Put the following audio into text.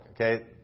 Okay